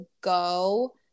go